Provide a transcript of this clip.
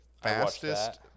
fastest